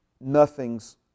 nothing's